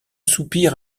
soupir